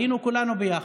היינו כולנו יחד.